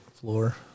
floor